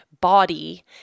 body